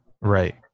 Right